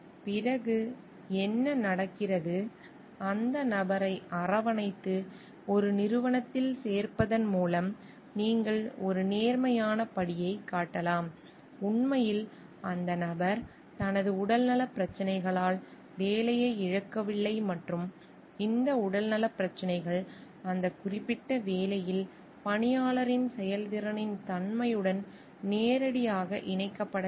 பிறகு என்ன நடக்கிறது அந்த நபரை அரவணைத்து ஒரு நிறுவனத்தில் சேர்ப்பதன் மூலம் நீங்கள் ஒரு நேர்மறையான படியைக் காட்டலாம் உண்மையில் அந்த நபர் தனது உடல்நலப் பிரச்சினைகளால் வேலையை இழக்கவில்லை மற்றும் இந்த உடல்நலப் பிரச்சினைகள் அந்த குறிப்பிட்ட வேலையில் பணியாளரின் செயல்திறனின் தன்மையுடன் நேரடியாக இணைக்கப்படவில்லை